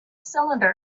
cylinder